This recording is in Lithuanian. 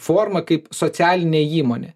forma kaip socialinė įmonė